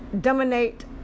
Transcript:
dominate